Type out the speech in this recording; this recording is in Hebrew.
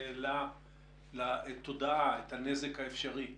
זה העלה לתודעה את הנזק האפשרי